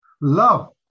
Love